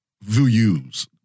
views